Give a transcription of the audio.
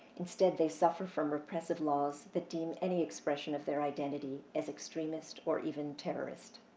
instead, they suffer from repressive laws that deem any expression of their identity as extremist or even terrorist.